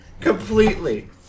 completely